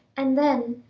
and then,